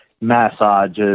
massages